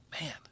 Man